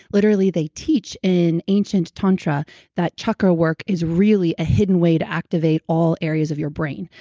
literally, they teach in ancient tantra that chakra work is really a hidden way to activate all areas of your brain.